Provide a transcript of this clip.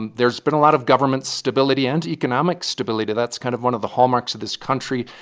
and there's been a lot of government stability and economic stability. that's kind of one of the hallmarks of this country.